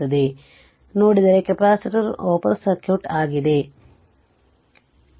ಆದ್ದರಿಂದ ನೋಡಿದರೆ capacitor open circuit ಆಗಿ ಕಾರ್ಯನಿರ್ವಹಿಸುತ್ತದೆ